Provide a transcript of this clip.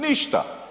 Ništa.